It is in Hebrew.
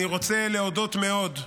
אני רוצה להודות מאוד,